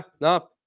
No